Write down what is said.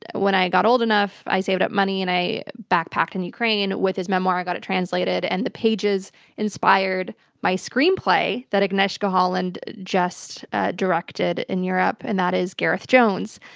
when i got old enough, i saved up money and i backpacked in ukraine with his memoir. i got it translated, and the pages inspired my screenplay that agnieszka holland just directed in europe, and that is gareth jones,